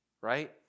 right